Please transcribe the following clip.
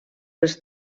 els